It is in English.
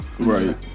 Right